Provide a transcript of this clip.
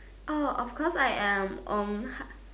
oh of course I am um